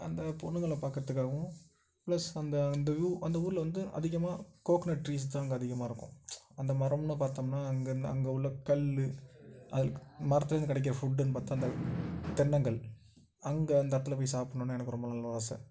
அந்த பொண்ணுங்களை பார்க்கறத்துக்காகவும் பிளஸ் அந்த அந்த வியூ அந்த ஊர்ல வந்து அதிகமா கோக்கனட் ட்ரீஸ் தான் அங்கே அதிகமாக இருக்கும் அந்த மரம்னு பார்த்தோம்னா அங்கயிருந்து அங்கே உள்ள கல் அதுல மரத்திலேருந்து கிடைக்கிற ஃபுட்டுன்னு பார்த்தா இந்த தென்னங்கள் அங்கே அந்த இடத்தில் போய் சாப்புடணுன்னு எனக்கு ரொம்ப நாளாக ஆசை